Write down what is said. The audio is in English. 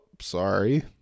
sorry